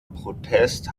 protest